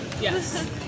Yes